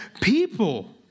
people